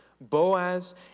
Boaz